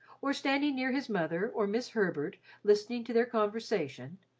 or standing near his mother or miss herbert listening to their conversation,